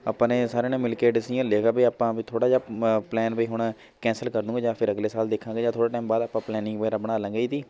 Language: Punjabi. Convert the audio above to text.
ਆਪਾਂ ਨੇ ਸਾਰਿਆਂ ਨੇ ਮਿਲ ਕੇ ਡਿਸੀਜਨ ਲਿਆ ਹੈਗਾ ਵੀ ਆਪਾਂ ਵੀ ਥੋੜ੍ਹਾ ਜਿਹਾ ਪਲੈਨ ਵੀ ਹੁਣ ਕੈਂਸਲ ਕਰ ਦੂਗੇ ਜਾਂ ਫਿਰ ਅਗਲੇ ਸਾਲ ਦੇਖਾਂਗੇ ਜਾਂ ਥੋੜ੍ਹੇ ਟਾਇਮ ਬਾਅਦ ਆਪਾਂ ਪਲੈਨਿੰਗ ਵਗੈਰਾ ਬਣਾਲਾਂਗੇ ਇਹਦੀ